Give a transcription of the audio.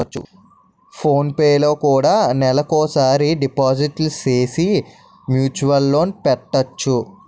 phone పేలో కూడా నెలకోసారి డిపాజిట్లు సేసి మ్యూచువల్ లోన్ పెట్టొచ్చు